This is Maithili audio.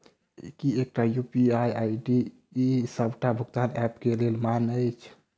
की एकटा यु.पी.आई आई.डी डी सबटा भुगतान ऐप केँ लेल मान्य अछि?